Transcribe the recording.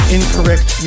Incorrect